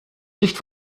nicht